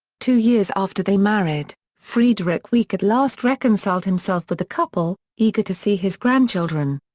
two years after they married, friedrich wieck at last reconciled himself with the couple, eager to see his grandchildren.